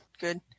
good